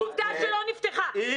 --- עובדה שלא נפתחה.